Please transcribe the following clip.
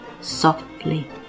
Softly